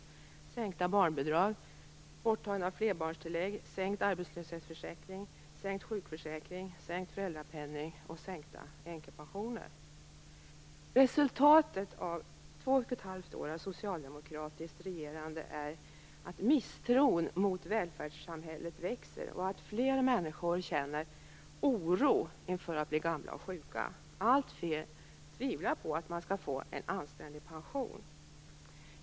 Ni har sänkt barnbidragen, tagit bort flerbarnstillägget, sänkt arbetslöshetsförsäkringen, sänkt sjukförsäkringen, sänkt föräldrapenningen och sänkt änkepensionerna. Resultatet av två och ett halvt år av socialdemokratiskt regerande är att misstron mot välfärdssamhället växer och att fler människor känner oro inför att bli gamla och sjuka. Alltfler tvivlar på att man skall få en anständig pension.